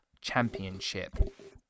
Championship